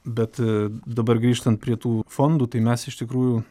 bet dabar grįžtant prie tų fondų tai mes iš tikrųjų